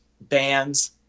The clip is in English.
bands